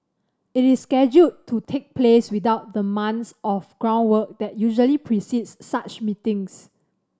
it is scheduled to take place without the months of groundwork that usually precedes such meetings